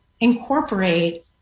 incorporate